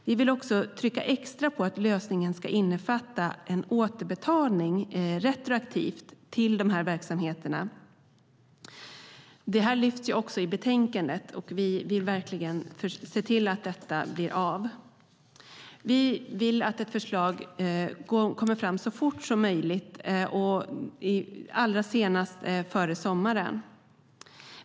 Vi vill också trycka extra på att lösningen ska innefatta återbetalning retroaktivt till verksamheterna. Det lyfts också fram i betänkandet. Vi vill verkligen se att detta blir av. Vi vill att ett förslag kommer fram så fort som möjligt och allra senast före sommaren.